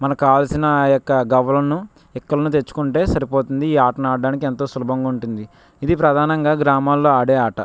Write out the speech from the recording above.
మనకు కావాల్సిన ఆ యొక్క గవ్వలను ఇక్కలను తెచ్చుకుంటే సరిపోతుంది ఈ ఆటను ఆడటానికి ఎంతో సులభంగా ఉంటుంది ఇది ప్రధానంగా గ్రామాల్లో ఆడే ఆట